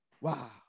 Wow